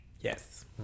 Yes